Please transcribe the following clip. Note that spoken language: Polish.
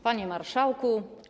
Panie Marszałku!